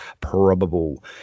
probable